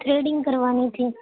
threading کروانی تھی